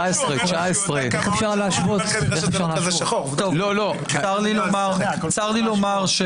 17 או 19. איך אפשר להשוות --- צר לי לומר.